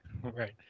Right